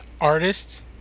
artists